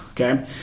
Okay